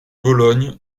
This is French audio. bologne